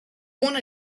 wanna